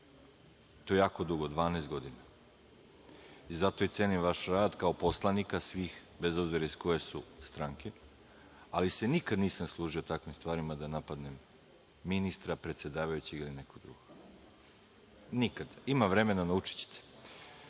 i to jako dugo, 12 godina. Zato i cenim vaš rad kao poslanika, svih, bez obzira iz koje su stranke, ali se nikad nisam služio takvim stvarima da napadnem ministra, predsedavajućeg ili nekog drugog, nikad. Ima vremena, naučićete. Gospodin